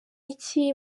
iki